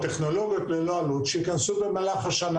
אני